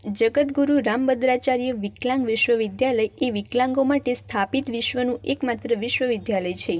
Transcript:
જગતગુરુ રામભદ્રાચાર્ય વિકલાંગ વિશ્વવિદ્યાલય એ વિકલાંગો માટે સ્થાપિત વિશ્વનું એકમાત્ર વિશ્વવિદ્યાલય છે